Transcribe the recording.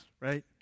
right